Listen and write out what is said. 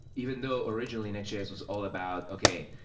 even though originally nextjs was all about, okay,